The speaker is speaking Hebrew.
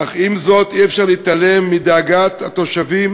אך עם זאת, אי-אפשר להתעלם מדאגת התושבים